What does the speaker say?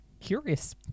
curious